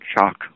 shock